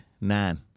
Nine